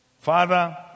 Father